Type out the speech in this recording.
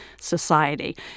society